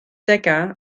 degau